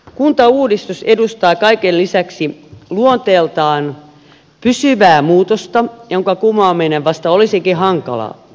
kuntauudistus edustaa kaiken lisäksi luonteeltaan pysyvää muutosta jonka kumoaminen vasta olisikin hankalaa